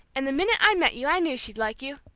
and the minute i met you i knew she'd like you.